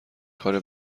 کار